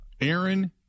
Aaron